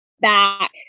back